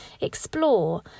explore